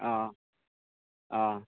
अ अ